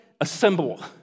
assemble